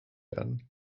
werden